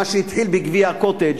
מה שהתחיל בגביע "קוטג'"